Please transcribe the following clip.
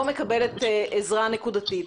לא מקבלת עזרה נקודתית.